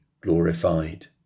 glorified